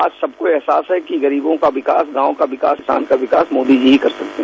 आज सबको अहसास है कि गरीबों का विकास गांव का विकास किसान का विकास मोदी जी कर सकते है